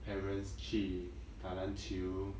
parents 去打篮球